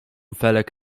felek